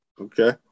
Okay